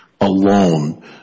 alone